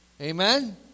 Amen